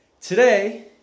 today